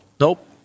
nope